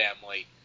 family